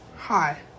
Hi